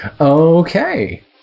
Okay